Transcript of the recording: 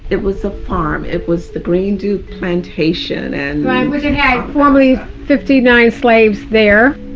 it was a farm. it was the green duke plantation and which it had formerly fifty nine slaves there.